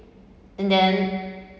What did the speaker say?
and then